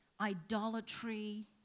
idolatry